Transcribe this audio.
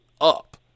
up